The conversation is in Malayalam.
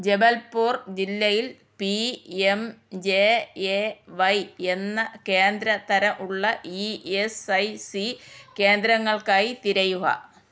ജബൽപൂർ ജില്ലയിൽ P M J A Y എന്ന കേന്ദ്ര തര ഉള്ള ഇ എസ് ഐ സി കേന്ദ്രങ്ങൾക്കായി തിരയുക